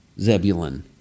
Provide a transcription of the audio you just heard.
Zebulun